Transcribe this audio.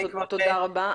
תודה רבה.